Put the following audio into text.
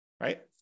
right